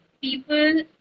people